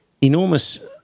enormous